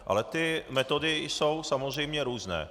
Ale ty metody jsou samozřejmě různé.